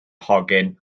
hogyn